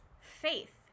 faith